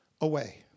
away